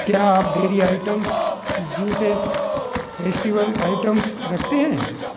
क्या आप dairy items juices festival items रखते हैं